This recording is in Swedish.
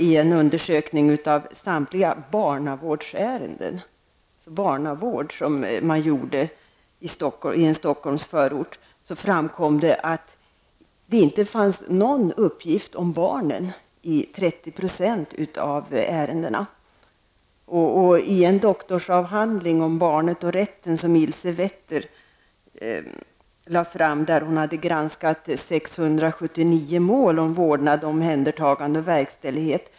I en undersökning av samtliga barnavårdsärenden aktuella under ett år på en social servicecentral i en Stockholmsförort framkom att ingen uppgift fanns om barnen i nära 30 % av ärendena. I doktorsavhandlingen ''Barnet och rätten'' har Ilse Wetter granskat 679 mål om vårdnad, omhändertagande och verkställighet.